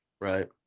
Right